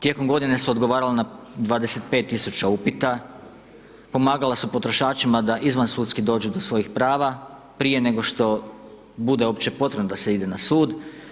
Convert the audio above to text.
Tijekom godine su odgovarali na 25 000 upita, pomagala su potrošačima da izvansudski dođu do svojih prava prije nego što bude uopće potrebno da se ide na sud.